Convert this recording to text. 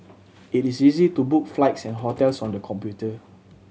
it is easy to book flights and hotels on the computer